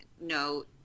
no